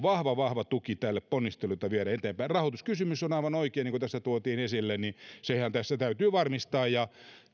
vahva vahva tuki tälle ponnistelulle jota viedään eteenpäin rahoituskysymyshän aivan oikein niin kuin tässä tuotiin esille tässä täytyy varmistaa ja